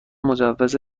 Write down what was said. مجوز